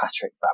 Patrick